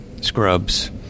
scrubs